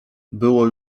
było